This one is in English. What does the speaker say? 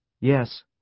Yes